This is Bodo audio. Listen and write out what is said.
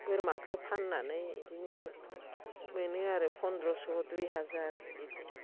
बोरमाखौ फाननानै बिदिनो मोनो आरो पन्द्रस' दुइ हाजार बिदि